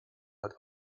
hat